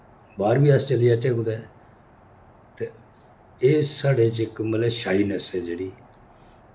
बाह्र बी अस चली जाचै कुतै ते एह् साढ़े च इक मतलब शायनेस ऐ जेह्ड़ी